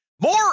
More